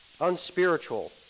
unspiritual